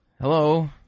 Hello